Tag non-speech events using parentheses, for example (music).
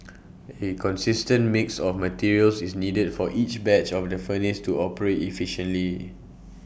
A consistent mix of materials is needed for each batch of the furnace to operate efficiently (noise)